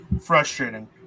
frustrating